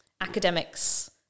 Academics